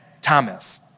Thomas